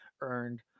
earned